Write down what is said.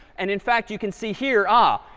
and in fact, you can see here, ah,